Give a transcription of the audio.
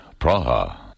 Praha